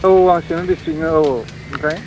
औ आं चिरां डिस्ट्रिकनि औ औ ओमफ्राय